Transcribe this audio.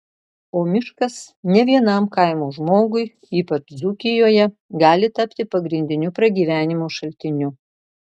o miškas ne vienam kaimo žmogui ypač dzūkijoje gali tapti pagrindiniu pragyvenimo šaltiniu